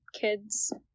kids